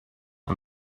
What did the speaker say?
and